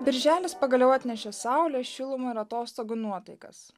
birželis pagaliau atnešė saulę šilumą ir atostogų nuotaikas